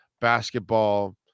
basketball